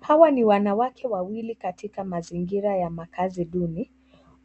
Hawa ni wanawake wawili katika mazingira ya makazi duni,